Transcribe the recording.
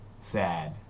sad